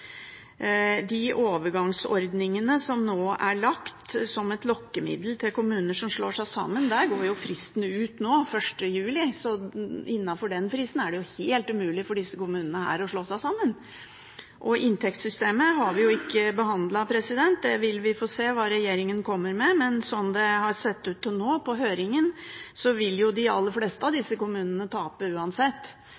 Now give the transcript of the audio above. de overgangsordningene som nå er lagt som et lokkemiddel til kommuner som slår seg sammen, går fristen ut 1. juli, så innenfor den fristen er det jo helt umulig for disse kommunene å slå seg sammen. Inntektssystemet har vi ikke behandlet. Vi får se hva regjeringen kommer med, men sånn det har sett ut til nå, i høringen, vil de aller fleste av